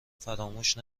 فراموش